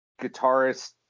guitarist